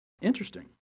interesting